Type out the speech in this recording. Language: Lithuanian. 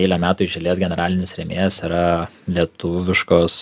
eilę metų iš eilės generalinis rėmėjas yra lietuviškos